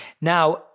Now